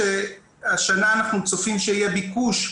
השנה אנחנו צופים שיהיה ביקוש,